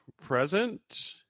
present